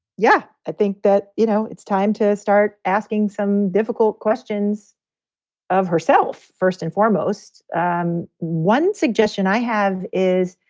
yeah, i think that, you know, it's time to start asking some difficult questions of herself first and foremost um one suggestion i have is,